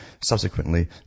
subsequently